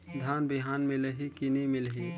धान बिहान मिलही की नी मिलही?